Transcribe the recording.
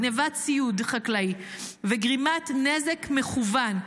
גנבת ציוד חקלאי וגרימת נזק מכוון.